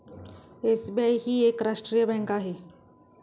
SBI ही एक राष्ट्रीय बँक आहे